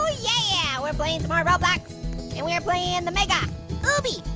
ah yeah, we're playing more roblox and we are playing and the mega oobbee,